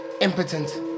impotent